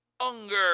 hunger